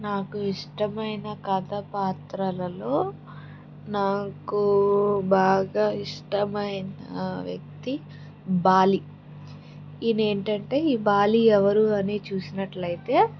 నాకు ఇష్టమైన కథ పాత్రలలో నాకు బాగా ఇష్టమైన వ్యక్తి బాలీ ఈనేంటంటే ఈ బాలీ ఎవరూ అని చూసినట్టయితే